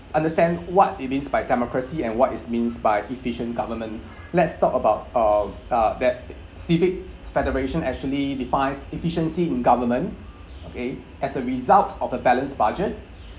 understand what it means by democracy and what is means by efficient government let's talk about uh uh that civic federation actually define efficiency in government okay as a result of a balanced budget